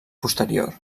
posterior